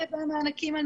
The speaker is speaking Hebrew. לפי המסמך של